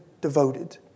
devoted